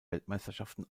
weltmeisterschaften